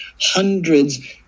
hundreds